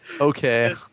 okay